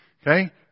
Okay